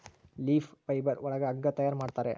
leaf fibre ಒಳಗ ಹಗ್ಗ ತಯಾರ್ ಮಾಡುತ್ತಾರೆ